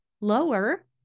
lower